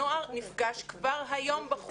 הנוער נפגש כבר היום בחוץ.